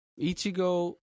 Ichigo